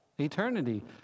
eternity